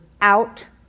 out